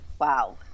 wow